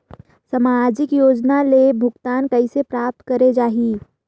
समाजिक योजना ले भुगतान कइसे प्राप्त करे जाहि?